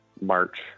March